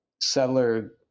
settler